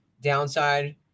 Downside